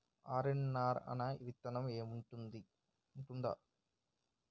RNR అనే విత్తనం ఉందా?